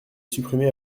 supprimée